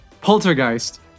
Poltergeist